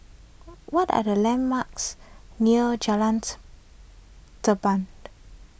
what are the landmarks near Jalan Tampang